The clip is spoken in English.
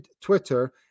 Twitter